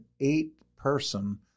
eight-person